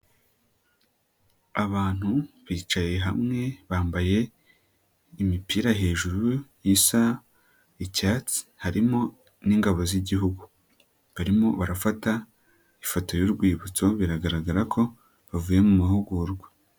Abantu bicaye hamwe, bambaye imipira hejuru isa icyatsi, harimo n'ingabo z'igihugu. Barimo barafata ifoto y'urwibutso, biragaragara ko bavuye mu mahugurwa.